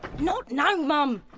not now! um